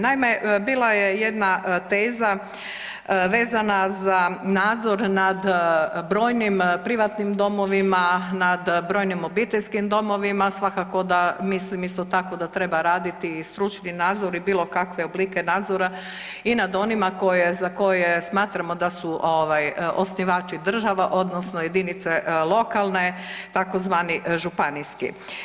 Naime, bila je jedna teza vezana za nadzor nad brojnim privatnim domovima, nad brojnim obiteljskim domovima, svakako da mislim isto tako da treba raditi i stručni nadzor i bilo kakve oblike nadzora i nad onima koje, za koje smatramo da su ovaj osnivači država odnosno jedinice lokalne tzv. županijski.